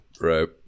Right